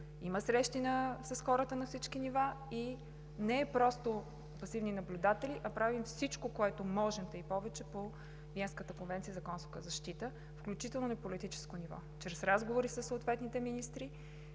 има срещи с хората на всички нива и не е просто като пасивни наблюдатели, а правим всичко, което можем, та и повече, по Виенската конвенция за консулска защита, включително и на политическо ниво – чрез разговори със съответните министри,